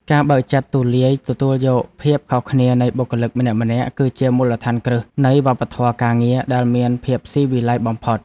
ការបើកចិត្តទូលាយទទួលយកភាពខុសគ្នានៃបុគ្គលិកម្នាក់ៗ គឺជាមូលដ្ឋានគ្រឹះនៃវប្បធម៌ការងារដែលមានភាពស៊ីវិល័យបំផុត។